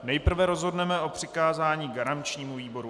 Nejprve rozhodneme o přikázání garančnímu výboru.